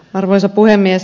arvoisa puhemies